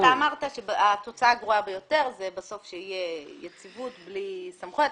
אתה אמרת שהתוצאה הגרועה ביותר היא שבסוף תהיה יציבות בלי סמכות.